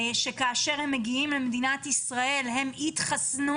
שכאשר הם מגיעים למדינת ישראל הם יתחסנו